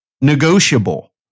negotiable